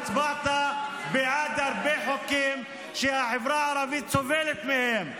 הצבעת בעד הרבה חוקים שהחברה הערבית סובלת מהם.